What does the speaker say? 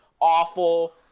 awful